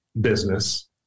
business